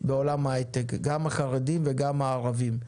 בעולם ההיי-טק, גם החרדים וגם הערבים.